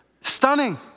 Stunning